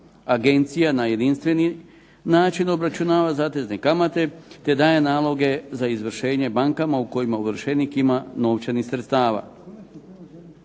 Agencija na jedinstveni način obračunava zatezne kamate te daje naloge za izvršenje bankama u kojima ovršenik ima novčanih sredstava.